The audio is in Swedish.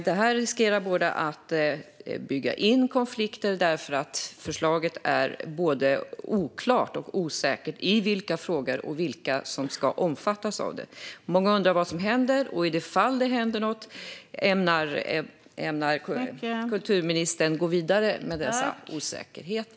Detta riskerar att bygga in konflikter, både därför att förslaget är oklart och därför att det är osäkert vilka frågor det ska gälla och vilka som ska omfattas av det. Många undrar vad som händer. I det fall det händer något, ämnar kulturministern gå vidare med dessa osäkerheter?